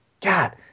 god